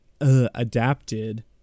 adapted